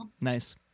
Nice